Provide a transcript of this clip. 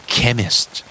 Chemist